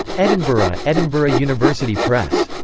edinburgh edinburgh university press.